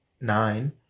nine